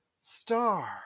star